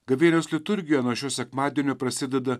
gavėnios liturgija nuo šio sekmadienio prasideda